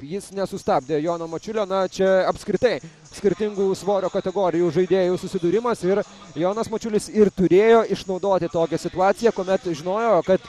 jis nesustabdė jono mačiulio na čia apskritai skirtingų svorio kategorijų žaidėjų susidūrimas ir jonas mačiulis ir turėjo išnaudoti tokią situaciją kuomet žinojo kad